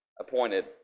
appointed